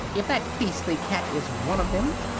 if that beastly cat is one of them.